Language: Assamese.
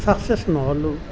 চাকচেছ নহ'লোঁ